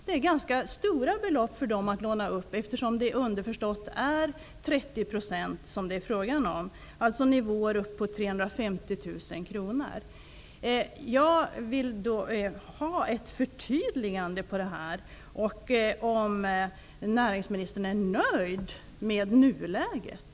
Det är ganska stora belopp för dem att låna upp, eftersom det underförstått är fråga om 30 %, alltså nivåer på Jag vill ha ett förtydligande av om näringsministern är nöjd med nuläget.